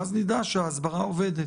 ואז נדע שההסברה עובדת.